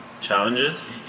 Challenges